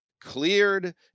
cleared